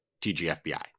TGFBI